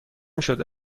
شده